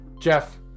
Jeff